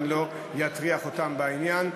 אני לא אטריח אותם בעניין.